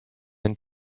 and